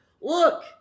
Look